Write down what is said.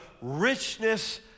richness